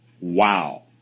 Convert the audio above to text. Wow